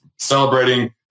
celebrating